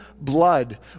blood